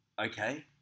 Okay